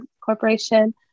corporation